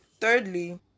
thirdly